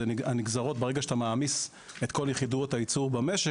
ברגע שאתה מעמיס את כל יחידות הייצור במשק,